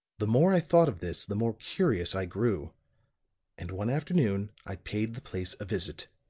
the more i thought of this, the more curious i grew and one afternoon i paid the place a visit.